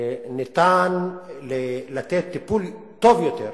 וניתן לתת טיפול טוב יותר